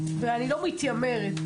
אני לא מתיימרת,